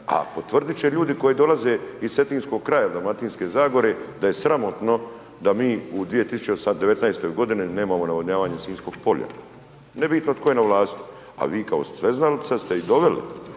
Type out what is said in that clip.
a potvrdit će ljudi koji dolaze iz cetinskog kraja, Dalmatinske zagore da je sramotno da mi u 2019. godini nemamo navodnjavanje Sinjskog polja. Nebitno tko je na vlasti ali vi kao sveznalica ste i doveli,